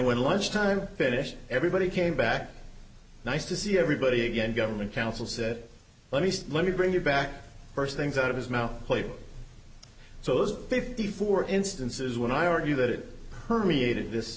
when lunch time finished everybody came back nice to see everybody again government counsel said let me let me bring you back first things out of his mouth plate so those fifty four instances when i argue that it